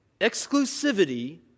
Exclusivity